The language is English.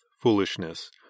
foolishness